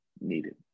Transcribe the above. needed